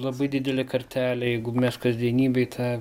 labai didelė kartelė jeigu mes kasdienybėj tą